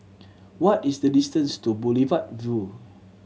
what is the distance to Boulevard Vue